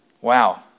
Wow